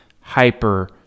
hyper